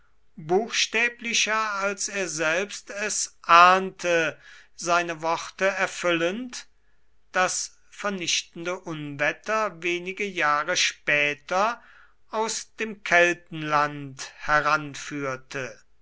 buchstäblicher als er selbst es ahnte seine worte erfüllend das vernichtende unwetter wenige jahre später aus dem keltenland heranführte